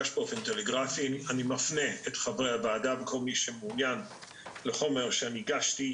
אני מפנה את חברי הוועדה וכל מי שמעוניין לחומר שהגשתי.